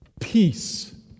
peace